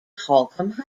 holcomb